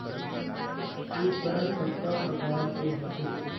उपकरण कतका प्रकार के होथे?